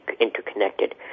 interconnected